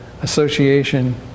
association